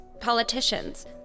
Politicians